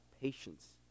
patience